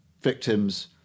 victims